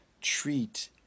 treat